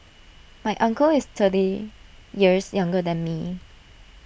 my uncle is thirty years younger than me